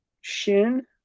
Shin